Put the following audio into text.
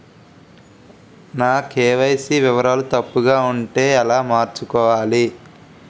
నా కే.వై.సీ వివరాలు తప్పుగా ఉంటే ఎలా మార్చుకోవాలి?